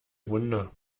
wunder